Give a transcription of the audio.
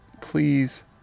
please